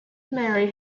married